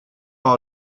how